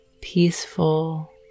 peaceful